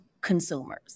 consumers